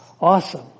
Awesome